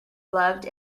loved